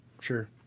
Sure